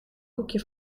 koekje